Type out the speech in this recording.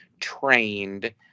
trained